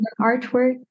artwork